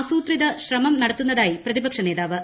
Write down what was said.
ആസൂത്രിത ശ്രമം നടത്തുന്നതായി പ്രതിപക്ഷനേതാവ്